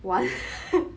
one